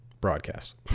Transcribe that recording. broadcast